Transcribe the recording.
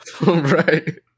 Right